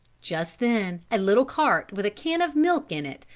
just then a little cart, with a can of milk in it,